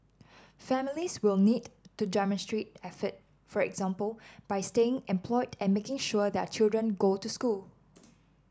families will need to demonstrate effort for example by staying employed and making sure their children go to school